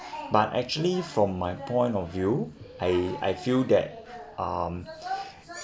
but actually from my point of view I I feel that um